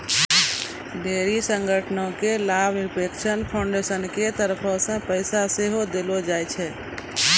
ढेरी संगठनो के लाभनिरपेक्ष फाउन्डेसन के तरफो से पैसा सेहो देलो जाय छै